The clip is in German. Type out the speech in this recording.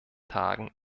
tagen